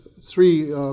three